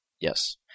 Yes